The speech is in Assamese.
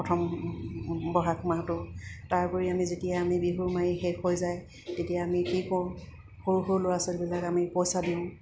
প্ৰথম বহাগ মাহটো তাৰোপৰি আমি যেতিয়া আমি বিহু মাৰি শেষ হৈ যায় তেতিয়া আমি কি কৰোঁ সৰু সৰু ল'ৰা ছোৱালীবিলাক আমি পইচা দিওঁ